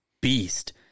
beast